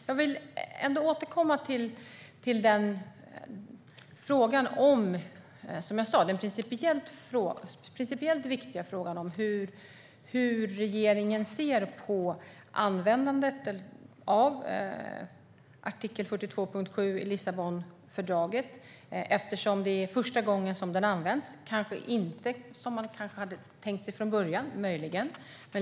Jag vill återkomma till den principiellt viktiga frågan om hur regeringen ser på användandet av artikel 42.7 i Lissabonfördraget. Det är ju första gången som den används, möjligen inte som man hade tänkt sig från början.